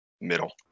Middle